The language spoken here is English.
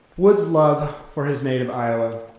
wood's love for his native iowa